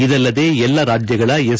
ಇದಲ್ಲದೆ ಎಲ್ಲಾ ರಾಜ್ಯಗಳ ಎಸ್